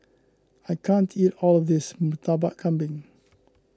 I can't eat all of this Murtabak Kambing